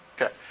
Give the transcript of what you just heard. Okay